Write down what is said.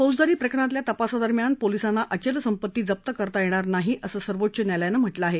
फौजदारी प्रकरणातल्या तपासादरम्यान पोलिसांना अचल संपत्ती जप्त करता येणार नाही असं सर्वोच्च न्यायालयानं म्हटलं आहे